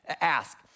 ask